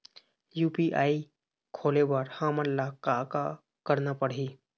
UPI खोले बर हमन ला का का करना पड़ही?